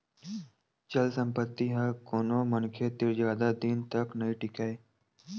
चल संपत्ति ह कोनो मनखे तीर जादा दिन तक नइ टीकय